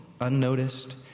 unnoticed